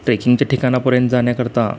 ट्रेकिंगच्या ठिकाणापर्यंत जाण्याकरता